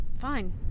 Fine